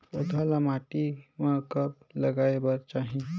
पौधा ल माटी म कब लगाए बर चाही?